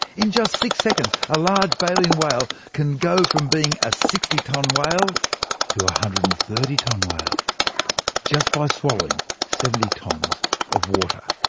in just six seconds, a large baleen whale can go from being a sixty tonne whale to a one hundred and thirty tonne whale just by swallowing seventy tons of water!